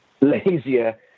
lazier